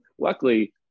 luckily